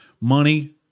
money